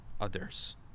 others